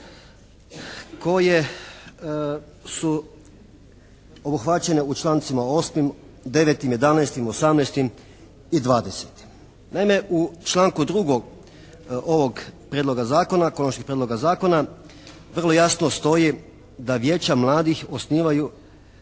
koje su obuhvaćene u člancima 8., 9., 11., 18. i 20. Naime, u članku 2. ovog prijedloga zakona, Konačnog prijedloga zakona vrlo jasno stoji da Vijeća mladih osnivaju